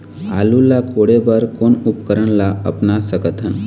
आलू ला कोड़े बर कोन उपकरण ला अपना सकथन?